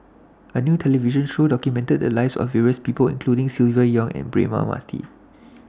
A New television Show documented The Lives of various People including Silvia Yong and Braema Mathi